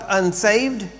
unsaved